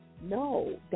No